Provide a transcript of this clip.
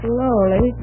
Slowly